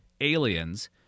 aliens